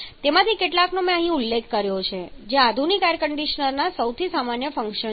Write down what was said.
તેમાંથી કેટલાકનો મેં અહીં ઉલ્લેખ કર્યો છે જે આધુનિક એર કંડિશનરના સૌથી સામાન્ય ફંક્શન છે